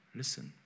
listen